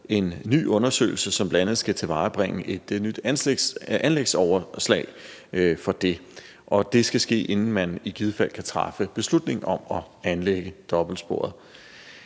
en ny undersøgelse, som bl.a. skal tilvejebringe et nyt anlægsoverslag for det. Og det skal ske, inden man i givet fald kan træffe beslutning om at anlægge dobbeltsporet.